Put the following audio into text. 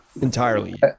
entirely